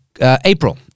April